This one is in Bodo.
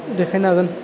देखायनो हागोन